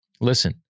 Listen